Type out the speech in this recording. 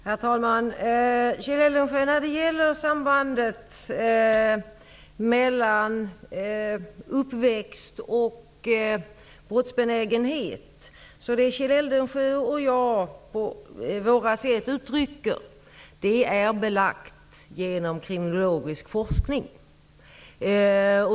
Herr talman! När det gäller sambandet mellan uppväxt och brottsbenägenhet, är det som Kjell Eldensjö och jag uttrycker belagt genom kriminologisk forskning.